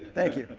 thank you.